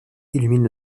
illumine